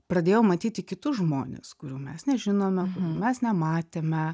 pradėjau matyti kitus žmones kurių mes nežinome mes nematėme